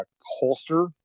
holster